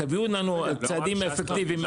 תביאו לנו צעדים אפקטיביים,